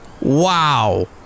Wow